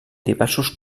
diversos